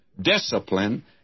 Discipline